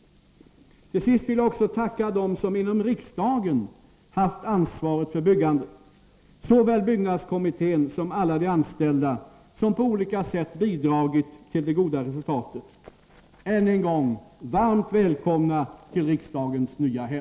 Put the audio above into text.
Till sist vill jag också tacka dem som inom riksdagen haft ansvaret för byggandet, såväl byggnadskommittén som alla de anställda som på olika sätt bidragit till det goda resultatet. Än en gång — Varmt välkomna till riksdagens nya hem!